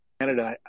canada